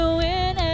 win